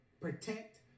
protect